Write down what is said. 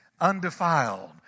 undefiled